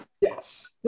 Yes